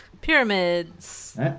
pyramids